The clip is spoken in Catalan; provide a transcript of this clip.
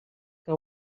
que